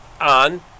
on